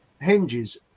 hinges